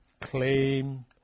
claim